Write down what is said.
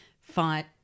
fight